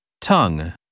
Tongue